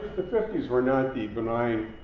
the fifty s were not the benign,